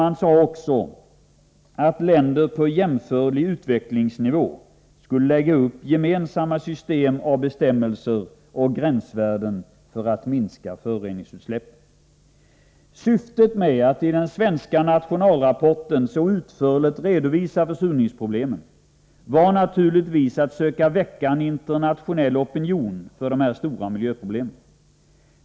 Man sade också att länder på jämförlig utvecklingsnivå skulle lägga upp gemensamma system av bestämmelser och gränsvärden för att minska föroreningsutsläppen. Syftet med att i den svenska nationalrapporten så utförligt redovisa försurningsproblemen var naturligtvis att söka väcka en internationell opinion för dessa stora miljöproblem.